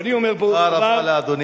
ואני אומר, תודה רבה לאדוני.